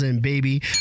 baby